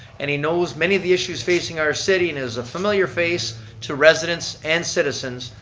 and he knows many of the issues facing our city and is a familiar face to residents and citizens,